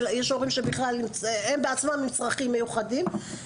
יש הורים שבכלל הם בעצמם עם צרכים מיוחדים,